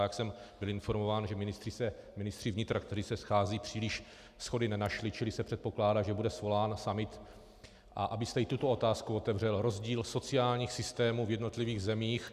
Jak jsem byl informován, ministři vnitra, kteří se scházejí, příliš shody nenašli, čili se předpokládá, že bude svolán summit, a abyste i tuto otázku otevřel rozdíl sociálních systémů v jednotlivých zemích.